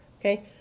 okay